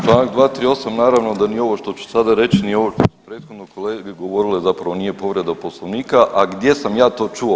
Čl. 238., naravno da ni ovo što ću sada reći ni ovo što su prethodno kolege govorile zapravo nije povreda Poslovnika, a gdje sam ja to čuo?